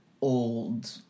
old